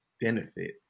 benefit